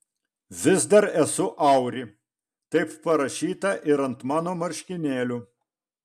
vis dar esu auri taip parašyta ir ant mano marškinėlių